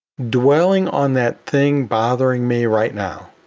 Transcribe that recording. dwelling on that thing bothering me right now.